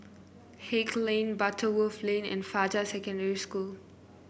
Haig Lane Butterworth Lane and Fajar Secondary School